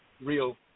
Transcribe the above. real